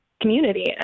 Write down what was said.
community